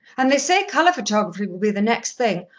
and they say colour-photography will be the next thing.